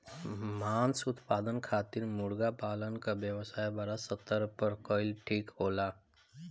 मांस उत्पादन खातिर मुर्गा पालन क व्यवसाय बड़ा स्तर पर कइल ठीक होला